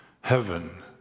heaven